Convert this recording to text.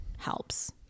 helps